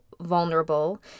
vulnerable